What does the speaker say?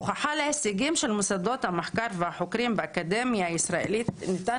הוכחה להישגים של מוסדות המחקר והחוקרים באקדמיה הישראלית ניתן